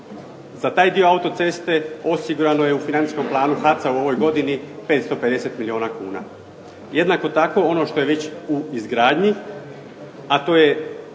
za taj dio autoceste osigurano je u financijskom planu HAC-a u ovoj godini 550 milijuna kuna. Jednako tako ono što je već u izgradnji, a to je